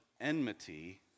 enmity